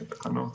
את התקנות.